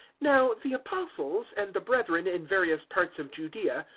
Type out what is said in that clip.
now the apostles, and the brethren in various parts of judaea,